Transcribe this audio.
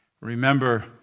remember